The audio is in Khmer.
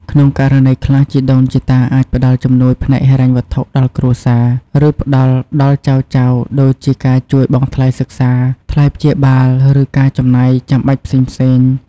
ក្នុងករណីខ្លះ ជីដូនជីតាអាចផ្តល់ជំនួយផ្នែកហិរញ្ញវត្ថុដល់គ្រួសារ ឬផ្ដល់ដល់ចៅៗ ដូចជាការជួយបង់ថ្លៃសិក្សា ថ្លៃព្យាបាល ឬការចំណាយចាំបាច់ផ្សេងៗ។